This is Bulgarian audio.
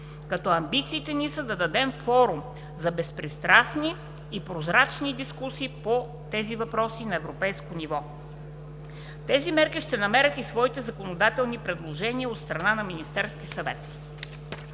като амбициите ни са да дадем форум за безпристрастни и прозрачни дискусии по тези въпроси на европейско ниво. Тези мерки ще намерят и своите законодателни предложения от страна на Министерския съвет.